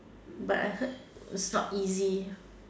but I heard it's not easy